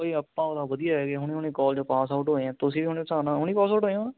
ਬਈ ਆਪਾਂ ਵਧੀਆ ਹੈਗੇ ਹਾਂ ਹੁਣੇ ਹੁਣੇ ਕਾਲਜ ਪਾਸ ਆਊਟ ਹੋਏ ਹਾਂ ਤੁਸੀਂ ਵੀ ਹੁਣੇ ਹਿਸਾਬ ਨਾਲ ਹੁਣੇ ਪਾਸ ਆਊਟ ਹੋਏ ਹਾਂ